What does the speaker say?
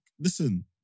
Listen